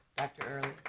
dr. early.